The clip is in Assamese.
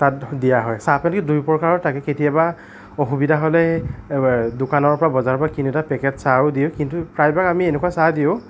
তাত দিয়া হয় চাহপাত দুই প্ৰকাৰৰ থাকে কেতিয়াবা অসুবিধা হ'লে দোকানৰ পৰা কিনোতে বজাৰৰ পৰা কিনোতে পেকেট চাহো দিয়ে কিন্তু প্ৰায়ভাগ আমি এনেকুৱা চাহ দিওঁ